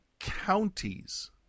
counties